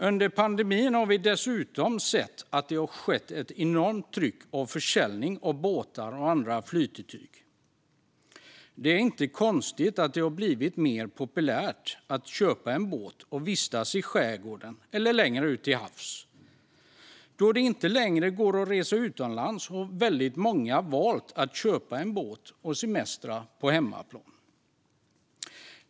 Under pandemin har vi dessutom sett att det blivit ett enormt tryck på försäljningen av båtar och andra flytetyg. Det är inte konstigt att det har blivit mer populärt att köpa en båt och vistas i skärgården eller längre ut till havs. Då det inte längre går att resa utomlands har väldigt många valt att köpa en båt och semestra på hemmaplan.